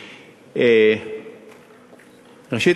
ראשית,